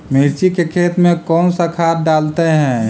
मिर्ची के खेत में कौन सा खाद डालते हैं?